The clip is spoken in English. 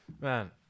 Man